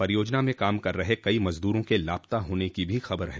परियोजना में काम कर रहे कई मजदूरों के लापता होने की भी खबर है